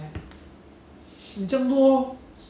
as mu~ as much as I want to attend you lesson